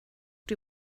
die